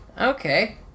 Okay